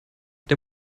der